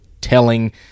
telling